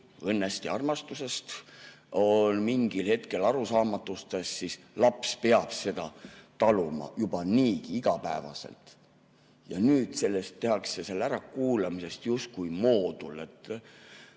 õnnest ja armastusest, on mingil hetkel arusaamatustes, siis laps peab seda juba niigi igapäevaselt taluma. Ja nüüd tehakse selle ärakuulamisest justkui moodul. Ma